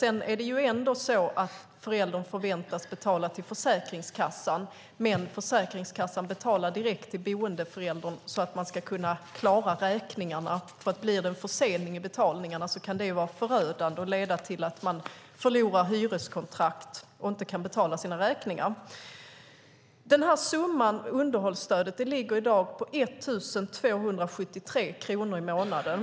Sedan förväntas ändå föräldern att betala till Försäkringskassan, men Försäkringskassan betalar direkt till boendeföräldern så att man ska kunna klara räkningarna, för om det blir en försening i betalningarna kan det vara förödande och leda till att man förlorar hyreskontrakt och inte kan betala sina räkningar. Underhållsstödet ligger i dag på 1 273 kronor i månaden.